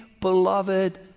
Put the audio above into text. beloved